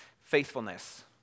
faithfulness